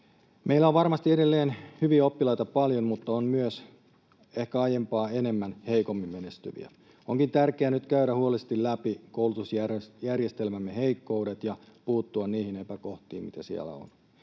Meillä on varmasti edelleen hyviä oppilaita paljon, mutta on myös ehkä aiempaa enemmän heikommin menestyviä. Onkin tärkeää nyt käydä huolellisesti läpi koulutusjärjestelmämme heikkoudet ja puuttua niihin epäkohtiin, mitä siellä on.